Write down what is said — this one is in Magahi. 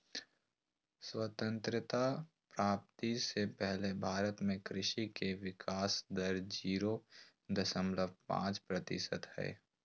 स्वतंत्रता प्राप्ति से पहले भारत में कृषि के विकाश दर जीरो दशमलव पांच प्रतिशत हई